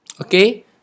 okay